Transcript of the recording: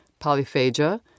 polyphagia